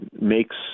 Makes